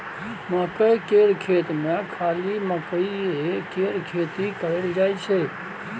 मकई केर खेत मे खाली मकईए केर खेती कएल जाई छै